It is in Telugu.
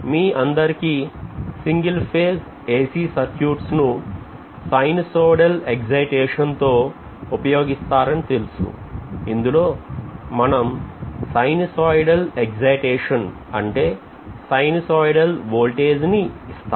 మీ అందరికీ సింగిల్ ఫేజ్ ac circuits ను sinusoidal excitation తో ఉపయోగిస్తారని తెలుసు ఇందులో మనం sinusoidal excitation అంటే sinusoidal voltage ను ఇస్తాం